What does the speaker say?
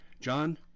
John